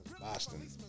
Boston